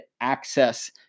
access